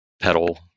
pedal